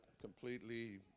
completely